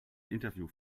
interview